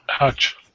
Ouch